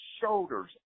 shoulders